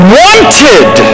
wanted